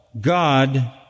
God